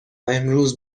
امروز